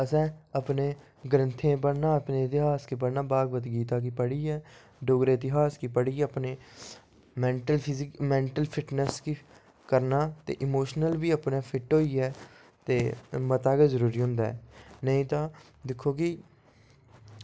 असें अपने ग्रंथें गी पढ़ना अपने इतिहास गी पढ़ना ते भागवत गीता गी पढ़ियै डोगरे इतिहास गी पढ़ियै अपने मैंटल फिटनेस गी करना ते इमोशमल बी फिट्ट होइयै ते मता गै जरूरी होंदा नेईं तां दिक्खो जी